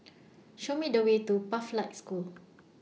Show Me The Way to Pathlight School